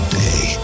day